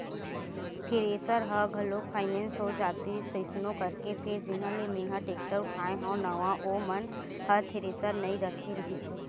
thresher ह घलोक finance हो जातिस कइसनो करके फेर जिहाँ ले मेंहा टेक्टर उठाय हव नवा ओ मन ह थेरेसर नइ रखे रिहिस हे